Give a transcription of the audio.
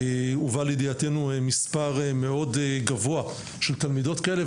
הובא לידיעתנו מספר מאד גבוה של תלמידות כאלה,